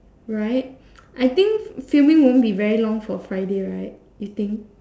right I think filming won't be very long for Friday right you think